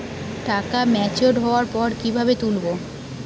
টাকা ম্যাচিওর্ড হওয়ার পর কিভাবে তুলব?